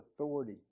authority